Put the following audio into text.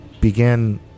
began